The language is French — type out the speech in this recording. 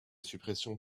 suppression